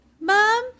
Mom